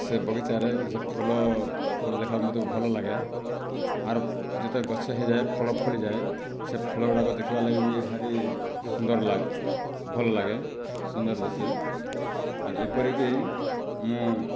ସେ ବଗିଚାରେ ସେ ଫୁଲ ଫଳ ଦେଖ୍ବାକୁ ମତେ ଭଲ୍ ଲାଗେ ଆର୍ ଯେତେ ଗଛ୍ରେ ହେଇ ଯାଏ ଫଳ ଫଳିଯାଏ ସେ ଫଳ ଗୁଡ଼ାକ ଦେଖିବା ଲାଗି ବି ଭାରି ସୁନ୍ଦର୍ ଲାଗେ ଭଲ ଲାଗେ ସୁନ୍ଦର୍ ଦିଶେ ଆର୍ ଏପରିକି ମୁଁ